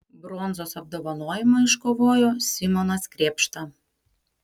bronzos apdovanojimą iškovojo simonas krėpšta